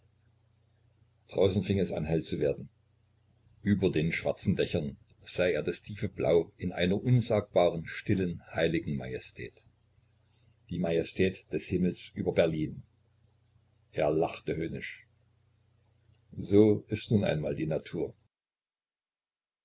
draußen fing es an hell zu werden über den schwarzen dächern sah er das tiefe blau in einer unsagbaren stillen heiligen majestät die majestät des himmels über berlin er lachte höhnisch so ist nun einmal die natur